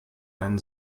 einen